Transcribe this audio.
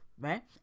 right